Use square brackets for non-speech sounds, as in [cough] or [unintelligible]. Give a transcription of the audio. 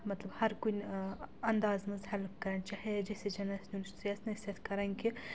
مطلب ہر کُنہِ اَنٛداز منٛز ہیٚلٕپ کَران چاہے جیسے [unintelligible] چھُ سُہ اسہِ نَصیٖحَتھ کران کہِ